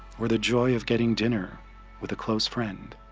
or the joy of getting dinner with a close friend.